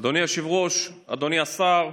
אדוני היושב-ראש, אדוני השר,